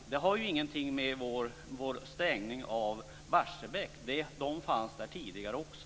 Men det har ingenting att göra med vår stängning av Barsebäck - de utsläppen fanns där tidigare också.